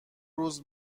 روز